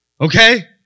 okay